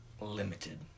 limited